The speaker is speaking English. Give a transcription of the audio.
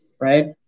Right